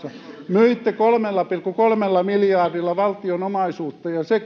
myitte kolmella pilkku kolmella miljardilla valtion omaisuutta ja